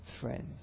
friends